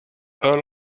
earl